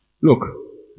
Look